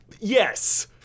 yes